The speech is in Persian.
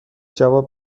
جواب